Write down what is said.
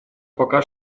пока